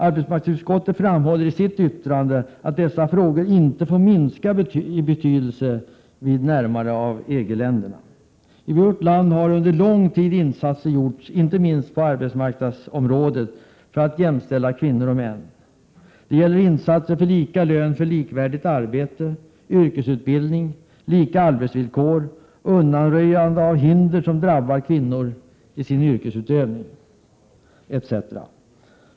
Arbetsmarknadsutskottet framhåller i sitt yttrande att dessa frågor inte får minska i betydelse vid ett närmande till EG-länderna. I vårt land har under lång tid insatser gjorts — inte minst på arbetsmarknadsområdet — för att jämställa kvinnor och män. Det gäller insatser för lika lön för likvärdigt arbete, yrkesutbildning, lika arbetsvillkor, undanröjande av hinder som drabbar kvinnor i sin yrkesutövning etc.